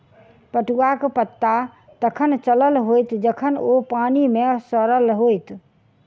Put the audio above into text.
पटुआक पता तखन चलल होयत जखन ओ पानि मे सड़ल होयत